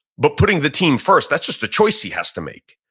but putting the team first, that's just the choice he has to make.